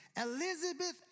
Elizabeth